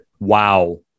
wow